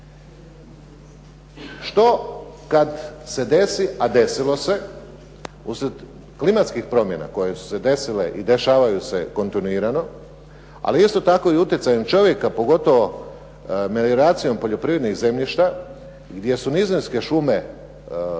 Što kada se desi a desilo se uslijed klimatskih promjena koje su se desile i dešavaju se kontinuirano, ali isto tako i utjecajem čovjeka pogotovo melioracijom poljoprivrednih zemljište, gdje su nizinske šume